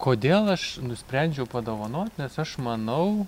kodėl nusprendžiau padovanot nes aš manau